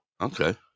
Okay